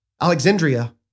Alexandria